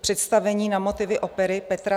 představení na motivy opery Petra Iljiče Čajkovského Střevíčky.